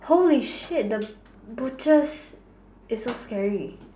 holy shit the butcher's is so scary